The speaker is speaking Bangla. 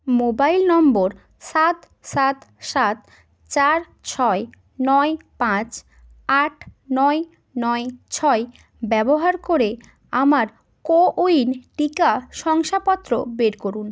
মোবাইল নম্বর সাত সাত সাত চার ছয় নয় পাঁচ আট নয় নয় ছয় ব্যবহার করে আমার কোউইন টিকা শংসাপত্র বের করুন